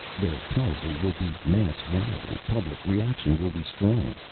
there probably will be mass rioting. public reaction will be strong.